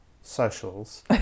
socials